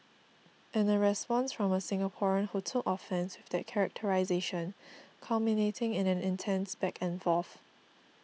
and a response from a Singaporean who took offence with that characterisation culminating in an intense back and forth